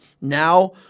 Now